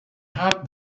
had